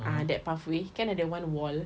ah that pathway kan ada one wall